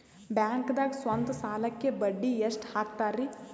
ಬ್ಯಾಂಕ್ದಾಗ ಸ್ವಂತ ಸಾಲಕ್ಕೆ ಬಡ್ಡಿ ಎಷ್ಟ್ ಹಕ್ತಾರಿ?